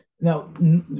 Now